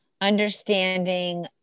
Understanding